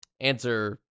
answer